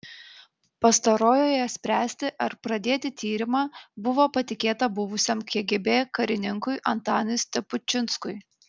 pastarojoje spręsti ar pradėti tyrimą buvo patikėta buvusiam kgb karininkui antanui stepučinskui